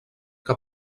que